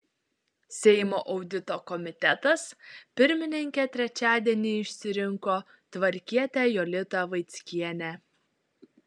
seimo audito komitetas pirmininke trečiadienį išsirinko tvarkietę jolitą vaickienę